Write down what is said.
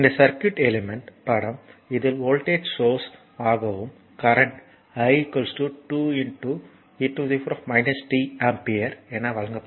இந்த circuit element படம் இதில் வோல்ட்டேஜ் சோர்ஸ் ஆகவும் current i 2 e t ampere என வழங்கப்படும்